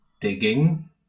digging